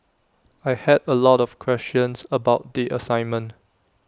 I had A lot of questions about the assignment